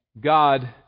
God